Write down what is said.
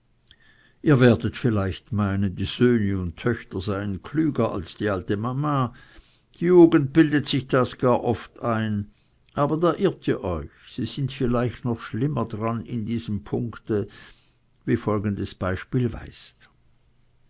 ihr werdet vielleicht meinen die söhne und töchter seien klüger als die alte mama die jugend bildet sich das gar oft ein aber da irrt ihr euch sie sind vielleicht noch schlimmer daran in diesem punkt wie folgendes beispiel weist